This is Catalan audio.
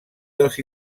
dels